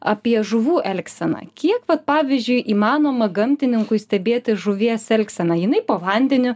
apie žuvų elgseną kiek vat pavyzdžiui įmanoma gamtininkui stebėti žuvies elgseną jinai po vandeniu